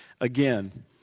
again